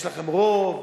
יש לכם רוב,